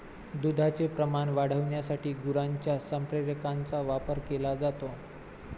दुधाचे प्रमाण वाढविण्यासाठी गुरांच्या संप्रेरकांचा वापर केला जातो